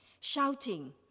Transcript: shouting